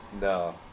no